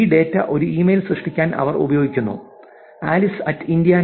ഈ ഡാറ്റ ഒരു ഇമെയിൽ സൃഷ്ടിക്കാൻ അവർ ഉപയോഗിക്കുന്നു ആലിസ്ഇന്ത്യാന